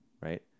right